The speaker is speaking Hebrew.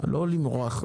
לא למרוח.